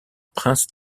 prince